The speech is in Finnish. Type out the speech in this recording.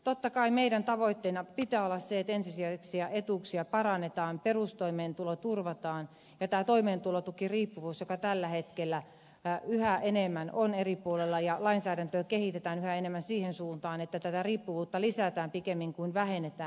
totta kai meidän tavoitteenamme pitää olla se että ensisijaisia etuuksia parannetaan perustoimeentulo turvataan pitää toimeentulotukiriippuvuus joka tällä hetkellä ja yhä enemmän on eri puolella ja lainsäädäntöä kehitetään yhä enemmän siihen suuntaan että terä riippuvuutta lisätään pikemmin toimeentulotukiriippuvuutta vähennetään